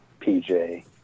PJ